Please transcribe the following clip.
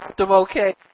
okay